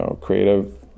creative